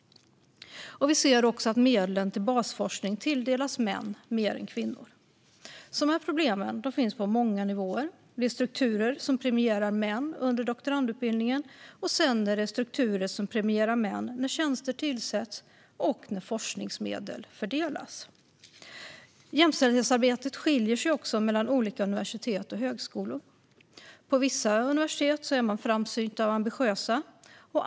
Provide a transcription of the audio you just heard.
Även medlen till basforskning tilldelas män mer än kvinnor. Problemen finns på många nivåer. Det är fråga om strukturer som premierar män under doktorandutbildningen och sedan strukturer som premierar män när tjänster tillsätts och forskningsmedel fördelas. Jämställdhetshetsarbetet skiljer sig också mellan olika universitet och högskolor. På vissa universitet är man framsynt och ambitiös.